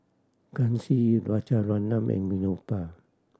Kanshi Rajaratnam and Vinoba